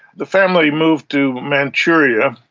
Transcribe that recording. the family moved to manchuria,